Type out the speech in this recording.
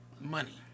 money